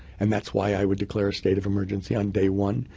and that's why i would declare a state of emergency on day one.